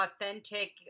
authentic